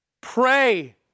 pray